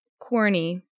corny